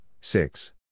six